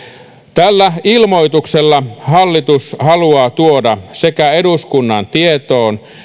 tällä ilmoituksella hallitus haluaa tuoda sekä eduskunnan tietoon